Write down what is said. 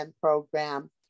program